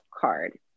card